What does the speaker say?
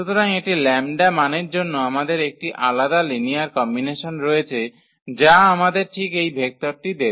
সুতরাং একটি পৃথক λ মানের জন্য আমাদের একটি আলাদা লিনিয়ার কম্বিনেশন রয়েছে যা আমাদের ঠিক এই ভেক্টরটি দেবে